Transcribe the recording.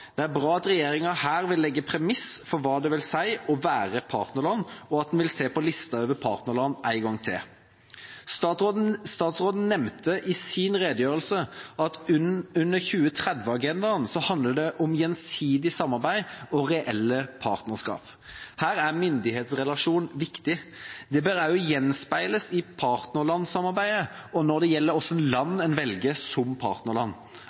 Det er bra at regjeringa her vil legge premissene for hva det vil si å være et partnerland, og at man vil se på listen over partnerland en gang til. Statsråden nevnte i sin redegjørelse at under 2030-agendaen handler det om «gjensidig samarbeid og reelle partnerskap». Her er myndighetsrelasjonen viktig. Det bør også gjenspeiles i partnerlandssamarbeidet og når det gjelder hvilke land en velger som partnerland.